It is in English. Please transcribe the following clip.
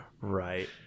right